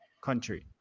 country